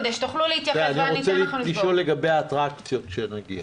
כדי שתוכלו להתייחס --- אני רוצה לשאול לגבי האטרקציות כשנגיע.